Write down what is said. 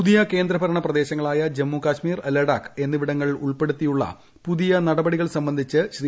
പുതിയ കേന്ദ്രഭരണപ്രദേശങ്ങളായ ജമ്മുകശ്മീർ ലഡാക്ക് എന്നിവിടങ്ങൾ ഉൾപ്പെടുത്തിയുള്ള പുതിയ നടപടികൾ സംബന്ധിച്ച് ശ്രീ